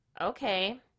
Okay